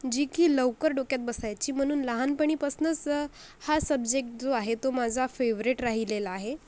जी की लवकर डोक्यात बसायची म्हणून लहानपणीपासूनच हा सब्जेक्ट जो आहे तो माझा फेव्हरेट राहिलेला आहे